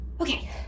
Okay